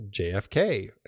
JFK